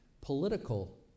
Political